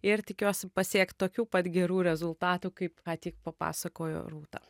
ir tikiuosi pasiekt tokių pat gerų rezultatų kaip ką tik papasakojo rūta